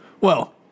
Well-